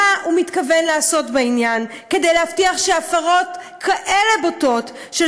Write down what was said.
מתכוון לעשות בעניין כדי להבטיח שהפרות בוטות כאלה